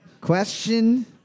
Question